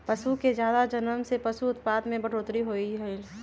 पशु के जादा जनम से पशु उत्पाद में बढ़ोतरी होलई ह